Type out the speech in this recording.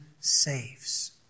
saves